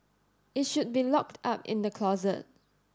it should be locked up in the closet